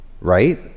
right